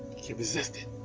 keep resisting,